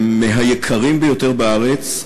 הם מהיקרים ביותר בארץ.